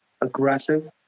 aggressive